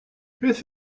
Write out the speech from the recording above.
beth